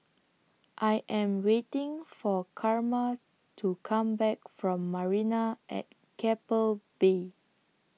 I Am waiting For Carma to Come Back from Marina At Keppel Bay